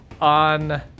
on